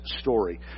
story